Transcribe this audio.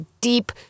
deep